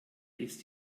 ist